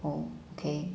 okay